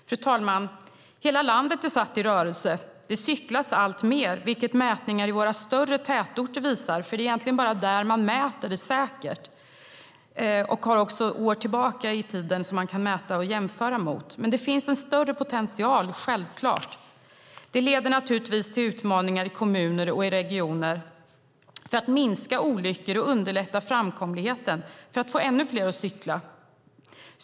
Fru talman! Hela landet är satt i rörelse. Det cyklas alltmer, vilket mätningar i våra större tätorter visar. Det är egentligen bara där man mäter det säkert och också har mätningar bakåt i tiden att jämföra med. Men det finns självklart en större potential. Det leder naturligtvis till utmaningar i kommuner och i regioner för att minska olyckor och underlätta framkomligheten för att få ännu fler att cykla.